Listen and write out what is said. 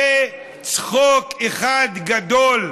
זה צחוק אחד גדול.